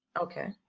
Okay